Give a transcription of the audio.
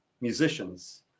musicians